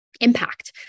impact